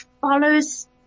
follows